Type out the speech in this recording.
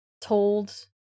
told